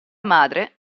madre